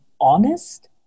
honest